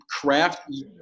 Craft